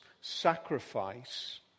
sacrifice